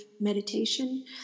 meditation